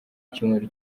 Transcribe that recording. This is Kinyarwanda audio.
icyumweru